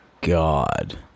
God